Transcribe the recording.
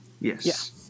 Yes